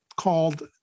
called